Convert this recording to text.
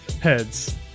heads